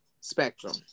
spectrum